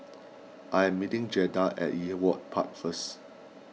I am meeting Jaeda at Ewart Park first